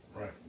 Right